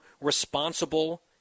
responsible